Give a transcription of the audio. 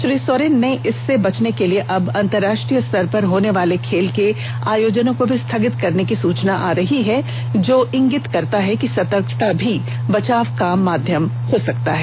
श्री सोरेन ने इससे बचने के लिए अब अंतरराष्ट्रीय स्तर पर होने वाले खेल के आयोजनों को भी स्थगित करने की सूचना आ रही है जो इंगित करता है कि सतर्कता भी बचाव माध्यम हो सकता है